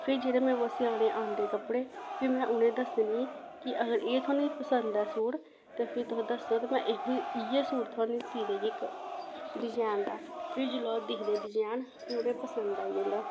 फ्ही जेह्ड़े में ओह् सेआने आंदे कपड़े फ्ही में उ'नेंगी दस्सनी कि अगर एह् थुआनू पसंद ऐ सूट ते फ्ही तुस दस्सो ते में एह् हो इ'यै सूट थुआनू सी देगी इक डजैन दा फ्ही जेल्लै ओह् दिखदे डजैन फिर उ'नेंगी पसंद आई जंदा